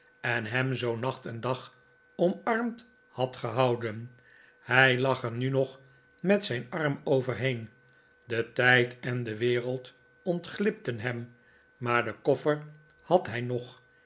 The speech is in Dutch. en hem zoo nacht en dag omarmd had gehouden hij lag er nu nog met zijn arm overheen de tijd en de wereld ontglipten hem maar den koffer had hij nog